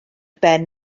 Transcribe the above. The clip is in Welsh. ben